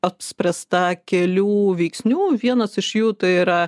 apspręsta kelių veiksnių vienas iš jų tai yra